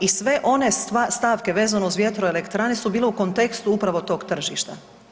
I sve one stavke vezane uz vjetroelektrane su bile u kontekstu upravo tog tržišta.